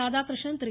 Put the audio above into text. Radhakrishnan Thiru